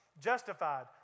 justified